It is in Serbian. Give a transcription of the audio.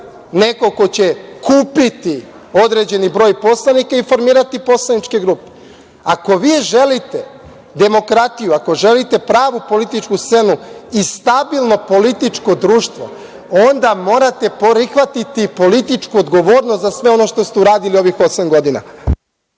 neko ko će kupiti određeni broj poslanika i formirati poslaničke grupe. Ako želite demokratiju, ako želite pravu političku scenu i stabilno političko društvo, onda morate prihvatiti političku odgovornost za sve ono što ste uradili ovih osam godina.